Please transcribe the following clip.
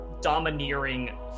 domineering